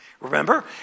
remember